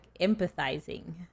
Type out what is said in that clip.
empathizing